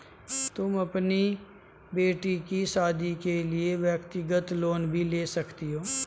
तुम अपनी बेटी की शादी के लिए व्यक्तिगत लोन भी ले सकती हो